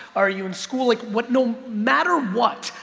are you in school? like what? no matter what.